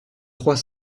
trois